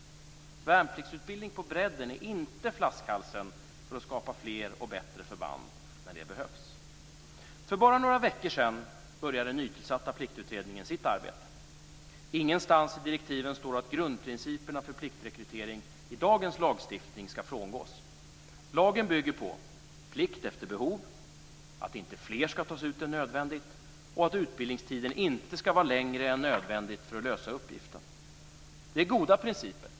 Värnpliktsutbildning på bredden utgör inte flaskhalsen i arbetet att skapa fler och bättre förband när det behövs. För bara några veckor sedan inledde den nytillsatta Pliktutredningen sitt arbete. Ingenstans i direktiven står det att grundprinciperna för pliktrekrytering i dagens lagstiftning skall frångås. Lagen bygger på plikt efter behov, att inte fler än nödvändigt skall tas ut och att utbildningstiden inte skall vara längre än vad som är nödvändigt för att uppgiften skall kunna lösas. Det är goda principer.